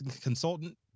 consultant